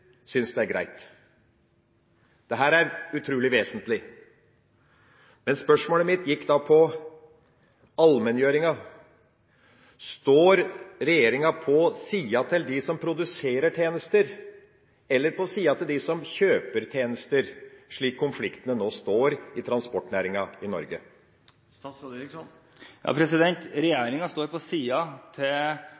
synes det er greit. Dette er utrolig vesentlig, men spørsmålet mitt gikk på allmenngjøringa: Holder regjeringa med dem som produserer tjenester, eller holder dere med dem som kjøper tjenester, slik konfliktene nå er i transportnæringa i Norge?